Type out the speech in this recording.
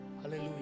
Hallelujah